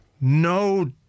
No